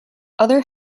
other